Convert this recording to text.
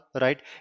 right